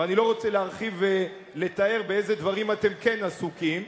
ואני לא רוצה להרחיב ולתאר באיזה דברים אתם כן עסוקים.